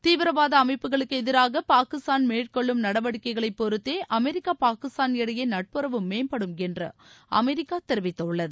தீவிரவாத அமைப்புகளுக்கு எதிராக பாகிஸ்தான் மேற்கொள்ளும் நடவடிக்கைகள் பொருத்தே அமெரிக்கா பாகிஸ்தான் இடையே நட்புறவு மேம்படும் என்று அமெரிக்கா தெரிவித்துள்ளது